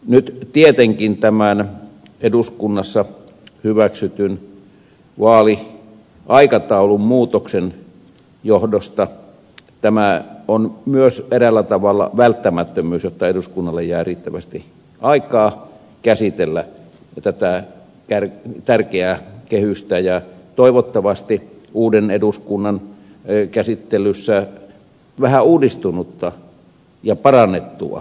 nyt tietenkin tämän eduskunnassa hyväksytyn vaaliaikataulun muutoksen johdosta tämä on myös eräällä tavalla välttämättömyys jotta eduskunnalle jää riittävästi aikaa käsitellä tätä tärkeää kehystä ja toivottavasti uuden eduskunnan käsittelyssä vähän uudistunutta ja parannettua kehystä